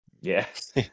Yes